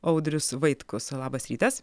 audrius vaitkus labas rytas